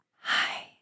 hi